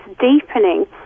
deepening